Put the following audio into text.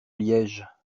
liège